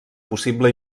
possible